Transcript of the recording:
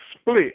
split